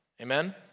Amen